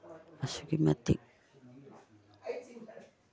ꯑꯗꯨꯛꯀꯤ ꯃꯇꯤꯛ